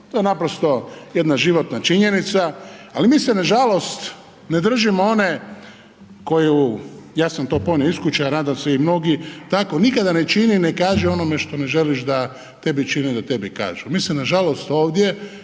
to je naprosto jedna životna činjenica. Ali mi se nažalost ne držimo one koju ja sam to ponio iz kuće, a nadam se i mnogi, tako nikada ne čini i ne kaži onome što ne želiš da tebi čine i da tebi kažu. Mi se nažalost ovdje